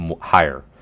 higher